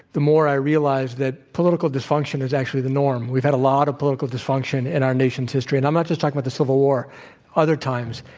the more i realize that political dysfunction is actually the norm. we've had a lot of political dysfunction in our nation's history, and i'm not just talking about the civil war other times.